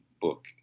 book